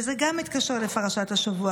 וגם זה מתקשר לפרשת השבוע,